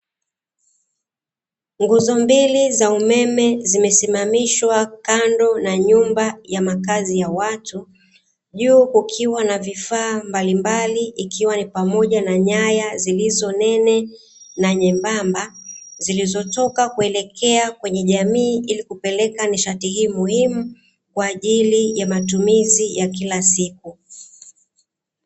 Nguzo mbili za umeme zimesimamishwa kando na nyumba ya makazi ya watu, juu kukiwa na vifaa mbalimbali ikiwa ni pamoja na nyaya zilizonene na nyembamba zilizotoka kuelekea kwenye jamii, ili kupeleka nishati hii muhimu kwa ajili ya matumizi ya kila siku.